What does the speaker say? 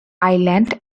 island